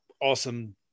awesome